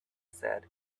said